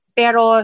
pero